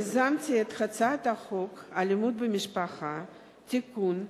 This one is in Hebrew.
יזמתי את הצעת חוק למניעת אלימות במשפחה (תיקון,